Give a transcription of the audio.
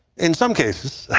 in some cases.